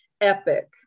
epic